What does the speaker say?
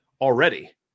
already